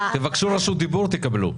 תבקשו רשות דיבור, תקבלו.